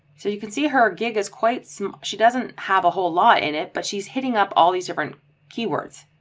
so you can see her gig is quite small. she doesn't have a whole lot in it, but she's hitting up all these different keywords,